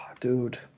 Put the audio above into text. Dude